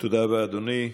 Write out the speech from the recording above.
תודה רבה, אדוני.